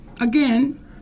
again